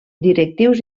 directius